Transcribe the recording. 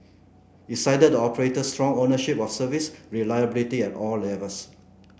it cited the operator's strong ownership of service reliability at all levels